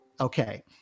Okay